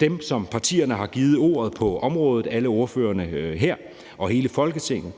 dem, som partierne har givet ordet på området – alle ordførerne her og hele Folketinget,